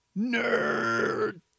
nerd